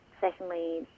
secondly